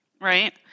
right